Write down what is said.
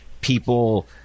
people